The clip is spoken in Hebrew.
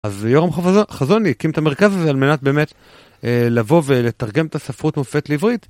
אז יורם חזון הקים את המרכז הזה על מנת באמת לבוא ולתרגם את הספרות מופת לעברית.